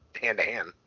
hand-to-hand